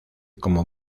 como